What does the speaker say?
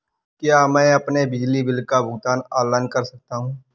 क्या मैं अपने बिजली बिल का भुगतान ऑनलाइन कर सकता हूँ?